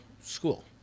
school